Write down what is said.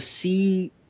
see